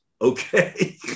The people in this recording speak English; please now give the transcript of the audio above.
okay